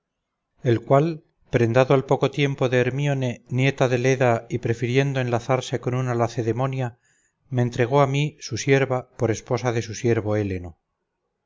el cual prendado al poco tiempo de hermíone nieta de leda y prefiriendo enlazarse con una lacedemonia me entregó a mí su sierva por esposa de su siervo héleno